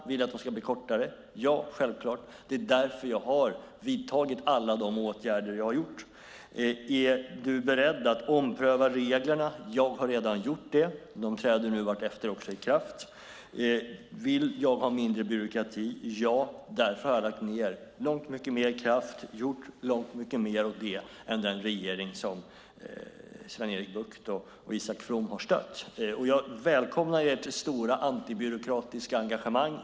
Vill jag att de ska bli kortare? Ja, självklart! Det är därför jag har vidtagit alla dessa åtgärder. Är jag beredd att ompröva reglerna? Jag har redan gjort det. De träder nu i kraft vartefter. Vill jag ha mindre byråkrati? Ja, därför har jag lagt ned långt mycket mer kraft och gjort långt mycket mer åt detta än den regeringen som Sven-Erik Bucht och Isak From har stött. Jag välkomnar ert stora antibyråkratiska engagemang.